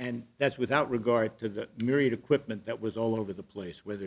and that's without regard to the myriad equipment that was all over the place whether